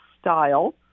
Style